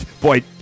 Boy